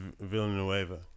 villanueva